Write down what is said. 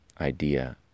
idea